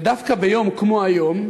ודווקא ביום כמו היום,